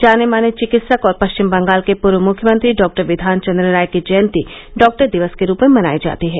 जाने माने विकित्सक और पश्चिम बंगाल के पूर्व मुख्यमंत्री डॉक्टर विघान चंद्र राय की जयंती डॉक्टर दिवस के रूप में मनाई जाती है